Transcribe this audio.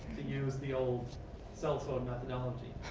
to use the old cell phone methodology.